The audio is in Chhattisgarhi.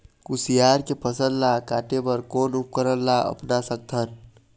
कुसियार के फसल ला काटे बर कोन उपकरण ला अपना सकथन?